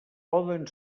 poden